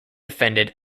defended